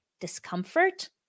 discomfort